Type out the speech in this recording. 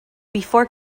before